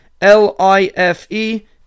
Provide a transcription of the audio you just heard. L-I-F-E